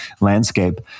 landscape